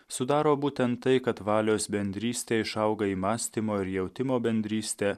sudaro būtent tai kad valios bendrystė išauga į mąstymo ir jautimo bendrystę